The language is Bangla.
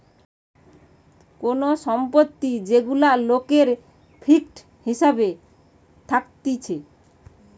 কোন সম্পত্তি যেগুলা লোকের ফিক্সড হিসাবে থাকতিছে